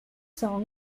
song